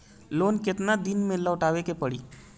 Loan केतना दिन में लौटावे के पड़ी?